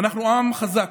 אנחנו עם חזק,